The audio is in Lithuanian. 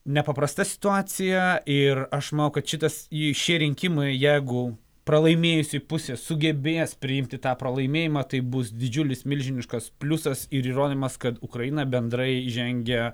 nepaprasta situacija ir aš manau kad šitas šie rinkimai jeigu pralaimėjusioji pusė sugebės priimti tą pralaimėjimą tai bus didžiulis milžiniškas pliusas ir įrodymas kad ukraina bendrai žengia